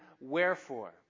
wherefore